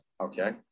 Okay